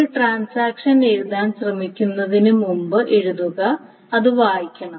ഒരു ട്രാൻസാക്ഷൻ എഴുതാൻ ശ്രമിക്കുന്നതിന് മുമ്പ് എഴുതുക അത് വായിക്കണം